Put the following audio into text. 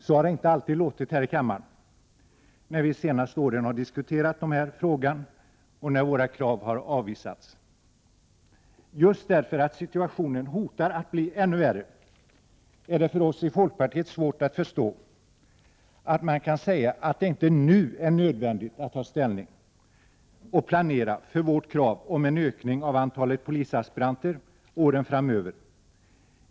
Så har det inte låtit här i kammaren, när vi under de senaste åren har diskuterat den här frågan och när våra krav har avvisats. Just därför att situationen hotar att bli ännu värre är det för oss i folkpartiet svårt att förstå att man kan säga, att det inte nu är nödvändigt att ta ställning till och planera för vårt krav på en ökning av antalet polisaspiranter åren framöver.